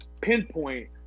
pinpoint